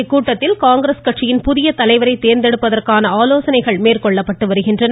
இக்கூட்டத்தில் காங்கிரஸ் கட்சியின் புதிய தலைவரை தேர்ந்தெடுப்பதற்கான ஆலோசனைகள் மேற்கொள்ளப்பட்டு வருகின்றன